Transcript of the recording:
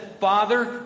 Father